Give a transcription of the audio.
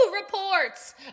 Reports